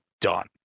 done